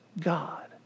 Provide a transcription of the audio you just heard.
God